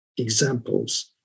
Examples